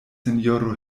sinjoro